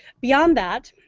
beyond that,